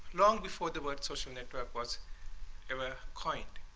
long before the word social network was every coined.